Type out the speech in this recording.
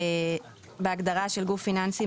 בעמוד 109,